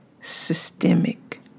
systemic